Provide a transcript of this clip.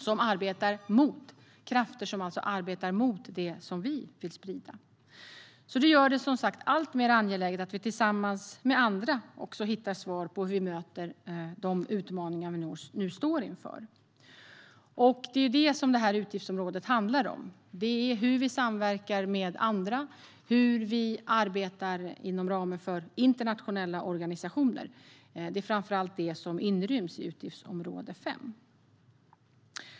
Det finns alltså krafter som arbetar mot det som vi vill sprida. Det gör det alltmer angeläget att vi tillsammans med andra hittar svar på hur vi ska möta de utmaningar vi nu står inför. Det här utgiftsområdet handlar om hur vi samverkar med andra, hur vi arbetar inom ramen för internationella organisationer. Det är framför allt det som ryms inom utgiftsområde 5.